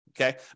Okay